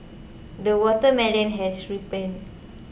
the watermelon has ripened